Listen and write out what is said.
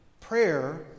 Prayer